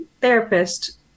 therapist